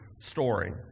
story